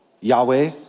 Yahweh